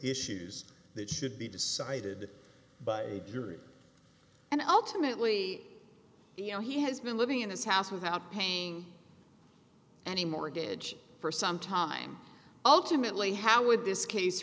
issues that should be decided by a jury and ultimately you know he has been living in his house without paying any mortgage for some time ultimately how would this case